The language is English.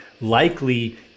likely